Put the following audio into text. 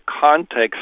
context